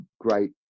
great